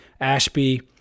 Ashby